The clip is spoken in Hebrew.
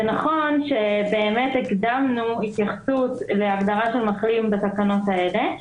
זה נכון שבאמת הקדמנו התייחסות להגדרה של מחלים בתקנות האלה,